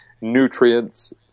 nutrients